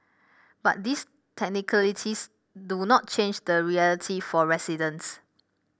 but these technicalities do not change the reality for residents